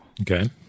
okay